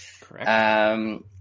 correct